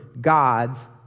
God's